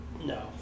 No